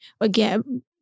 again